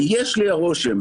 ויש לי הרושם,